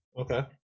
Okay